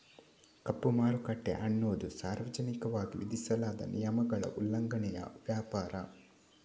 ಕಪ್ಪು ಮಾರುಕಟ್ಟೆ ಅನ್ನುದು ಸಾರ್ವಜನಿಕವಾಗಿ ವಿಧಿಸಲಾದ ನಿಯಮಗಳ ಉಲ್ಲಂಘನೆಯ ವ್ಯಾಪಾರ